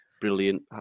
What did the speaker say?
brilliant